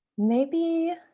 maybe